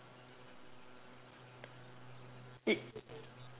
y~